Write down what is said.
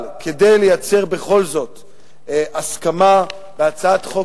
אבל כדי לייצר בכל זאת הסכמה בהצעת חוק